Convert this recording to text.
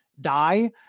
die